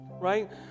Right